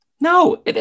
No